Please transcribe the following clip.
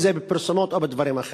אם זה בפרסומות או בדברים אחרים.